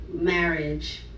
marriage